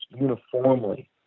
uniformly